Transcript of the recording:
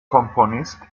komponist